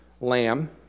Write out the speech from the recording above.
lamb